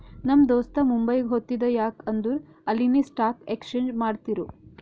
ನಮ್ ದೋಸ್ತ ಮುಂಬೈಗ್ ಹೊತ್ತಿದ ಯಾಕ್ ಅಂದುರ್ ಅಲ್ಲಿನೆ ಸ್ಟಾಕ್ ಎಕ್ಸ್ಚೇಂಜ್ ಮಾಡ್ತಿರು